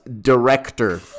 director